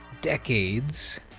decades